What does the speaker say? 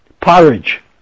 porridge